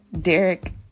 Derek